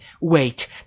wait